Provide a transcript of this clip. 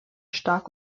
stark